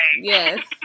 Yes